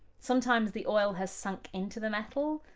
sometimes the oil has sunk into the metal,